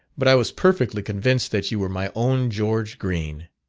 but i was perfectly convinced that you were my own george green.